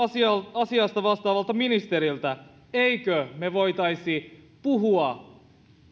asiasta vastaavalta ministeriltä emmekö me voisi puhua